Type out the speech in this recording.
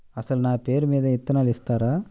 అసలు నా పేరు మీద విత్తనాలు ఇస్తారా?